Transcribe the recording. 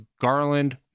Garland